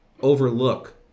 overlook